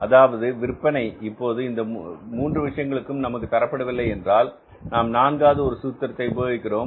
அதாவது விற்பனை இப்போது இந்த மூன்று விஷயங்களும் நமக்கு தரப்படவில்லை என்றால் நாம் நான்காவது ஒரு சூத்திரத்தை உபயோகிக்கிறோம்